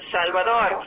Salvador